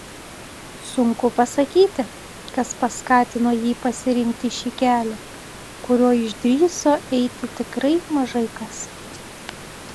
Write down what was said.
sunku pasakyti kas paskatino jį pasirinkti šį kelią kuriuo išdrįso eiti tikrai mažai kas